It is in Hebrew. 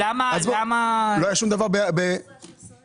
אורית מלמד, עו"ד מהלשכה המשפטית, משרד הפנים.